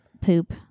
Poop